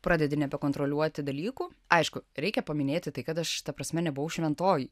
pradedi nebekontroliuoti dalykų aišku reikia paminėti tai kad aš ta prasme nebuvau šventoji